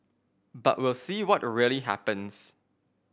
but we'll see what really happens